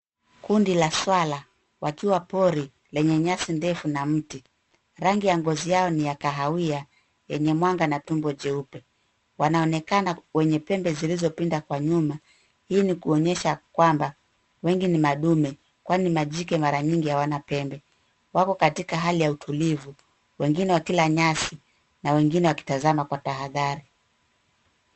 Kundi la swala wakiwa pori lenye nyasi ndefu na mti. Rangi ya ngozi yao ni ya kahawia yenye mwanga na tumbo jeupe. Wanaonekana wenye pembe zilizopinda kwa nyuma. Hii ni kuonyesha kwamba wengi ni madume kwani majike mara nyingi hawana pembe . Wako katika hali ya utulivu, wengine wakila nyasi na wengine wakitazama kwa tahadhari.